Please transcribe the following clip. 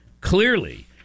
clearly